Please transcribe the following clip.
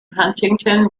huntington